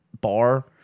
bar